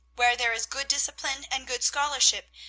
where there is good discipline and good scholarship,